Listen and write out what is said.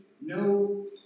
no